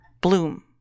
bloom